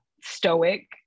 stoic